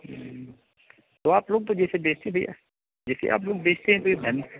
वो आप लोग तो जैसे बेचते भैया जैसे आप लोग बेचते हैं तो ये धन